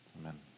Amen